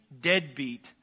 deadbeat